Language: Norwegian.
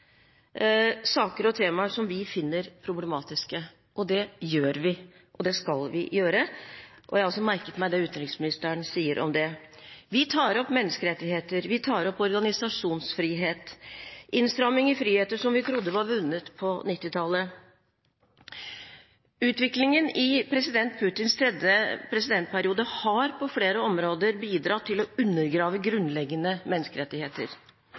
saker og temaer som vi finner problematiske, og det gjør vi, og det skal vi gjøre. Jeg har også merket meg det utenriksministeren sier om det. Vi tar opp menneskerettigheter, vi tar opp organisasjonsfrihet, innstramming av friheter som vi trodde var vunnet på 1990-tallet. Utviklingen i president Putins tredje presidentperiode har på flere områder bidratt til å undergrave grunnleggende menneskerettigheter: